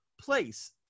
place